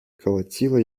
колотила